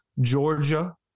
Georgia